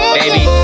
baby